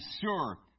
sure